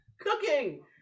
Cooking